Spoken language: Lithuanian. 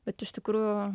bet iš tikrųjų